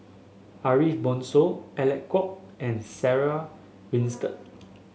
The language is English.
Ariff Bongso Alec Kuok and Sarah Winstedt